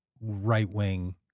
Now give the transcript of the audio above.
right-wing